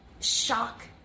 shock